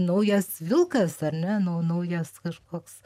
naujas vilkas ar ne nau naujas kažkoks